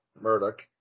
Murdoch